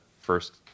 first